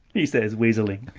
he says weasley.